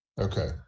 okay